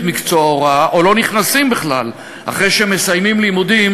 מקצוע ההוראה או לא נכנסים בכלל אחרי שהם מסיימים לימודים,